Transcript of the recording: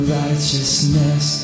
righteousness